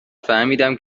فهمیدم